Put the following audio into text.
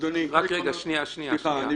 סליחה אדוני, אני